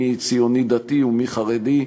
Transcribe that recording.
מי ציוני-דתי ומי חרדי.